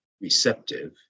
receptive